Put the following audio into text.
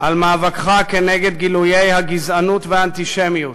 על מאבקך כנגד גילויי הגזענות והאנטישמיות,